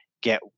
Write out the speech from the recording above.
get